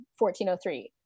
1403